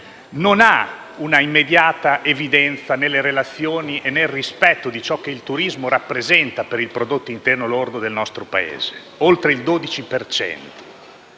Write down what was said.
non ha una immediata evidenza nelle relazioni e nel rispetto di ciò che il turismo rappresenta per il prodotto interno lordo del nostro Paese, oltre il 12